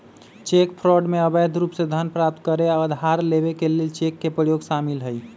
cheque fraud में अवैध रूप से धन प्राप्त करे आऽ उधार लेबऐ के लेल चेक के प्रयोग शामिल हइ